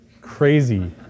crazy